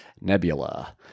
Nebula